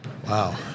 Wow